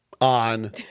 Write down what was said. on